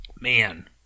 Man